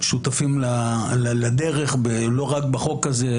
שותפים לדרך לא רק בחוק הזה,